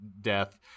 death